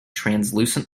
translucent